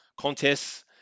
contests